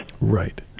Right